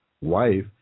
wife